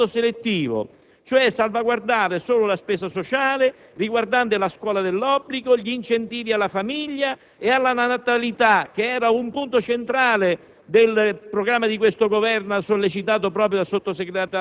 una riduzione drastica della spesa pubblica in modo selettivo: salvaguardare cioè solo la spesa sociale, riguardante la scuola dell'obbligo, gli incentivi alla famiglia ed alla natalità; un punto centrale